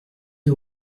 les